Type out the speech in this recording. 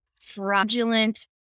fraudulent